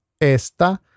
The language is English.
Esta